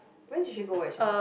when did you go actually